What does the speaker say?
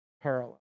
parallel